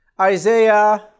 Isaiah